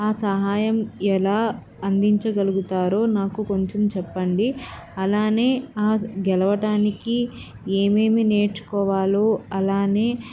ఆ సహాయం ఎలా అందించగలుగుతారో నాకు కొంచెం చెప్పండి అలానే ఆ గెలవడానికి ఏమేమి నేర్చుకోవాలో అలానే